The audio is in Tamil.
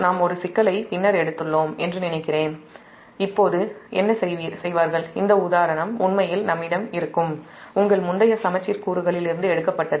நாம் ஒரு சிக்கலை பின்னர் எடுத்துள்ளோம் என்று நினைக்கிறேன் இப்போது என்ன செய்வார்கள் இந்த உதாரணம் உண்மையில் நம்மிடம் இருக்கும் உங்கள் முந்தைய சமச்சீர் கூறுகளிலிருந்து எடுக்கப்பட்டது